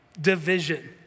division